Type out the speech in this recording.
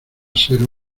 ser